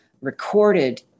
recorded